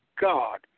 God